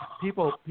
people